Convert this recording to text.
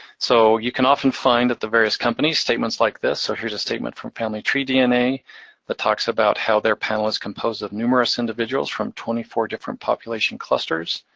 so, you can often find at the various companies statements like this. so here's a statement from familytreedna, and that talks about how their panel is composed of numerous individuals from twenty four different population clusters.